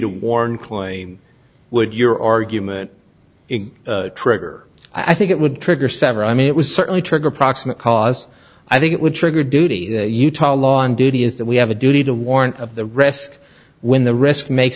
to warn claim would your argument in trigger i think it would trigger sever i mean it was certainly trigger proximate cause i think it would trigger duty utah law on duty is that we have a duty to warrant of the rest when the risk make